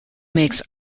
makes